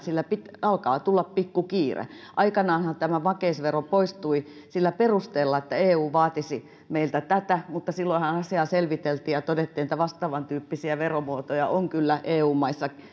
sillä alkaa tulla pikku kiire aikanaanhan tämä makeisvero poistui sillä perusteella että eu vaatisi meiltä tätä mutta silloinhan asiaa selviteltiin ja todettiin että vastaavantyyppisiä veromuotoja on kyllä eu maissa